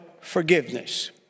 forgiveness